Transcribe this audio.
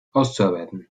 auszuarbeiten